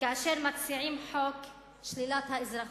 כאשר מציעים את חוק שלילת האזרחות?